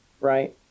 right